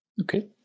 Okay